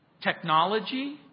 Technology